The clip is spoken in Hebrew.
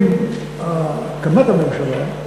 עם הרכבת הממשלה,